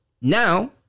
now